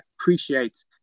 appreciates